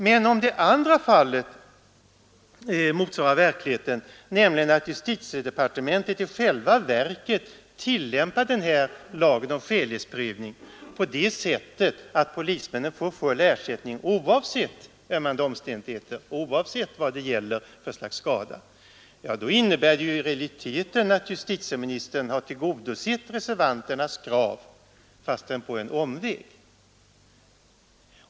Men om det andra fallet motsvarar verkligheten, nämligen att departementet i själva verket tillämpar sin skälighetsprövning på det sättet att polismännen får full ersättning oavsett ömmande omständigheter och oavsett vad det gäller för slags skada, då innebär det i realiteten att justitieministern har tillgodosett reservanternas krav fastän på en omväg.